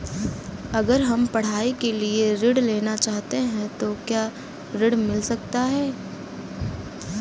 अगर हम पढ़ाई के लिए ऋण लेना चाहते हैं तो क्या ऋण मिल सकता है?